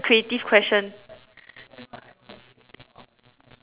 what if